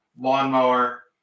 lawnmower